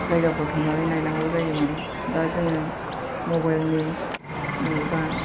जायगाफोराव थांनानै नायनांगौ जायोमोन दा जोङो मबाइलनि ओ दा